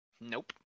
Nope